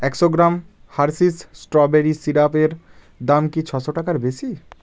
একশো গ্রাম Hershey's strawberry সিরাপের দাম কি ছশো টাকার বেশি